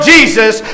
Jesus